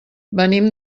venim